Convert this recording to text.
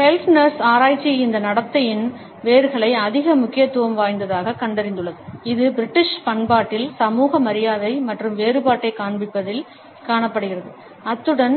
Keltner's ஆராய்ச்சி இந்த நடத்தையின் வேர்களை அதிக முக்கியத்துவம் வாய்ந்ததாகக் கண்டறிந்துள்ளது இது பிரிட்டிஷ் பண்பாட்டில் சமூக மரியாதை மற்றும் வேறுபாட்டைக் காண்பிப்பதில் காணப்படுகிறது அத்துடன்